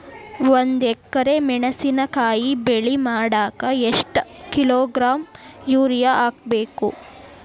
ಒಂದ್ ಎಕರೆ ಮೆಣಸಿನಕಾಯಿ ಬೆಳಿ ಮಾಡಾಕ ಎಷ್ಟ ಕಿಲೋಗ್ರಾಂ ಯೂರಿಯಾ ಹಾಕ್ಬೇಕು?